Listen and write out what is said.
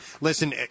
listen